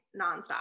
nonstop